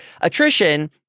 attrition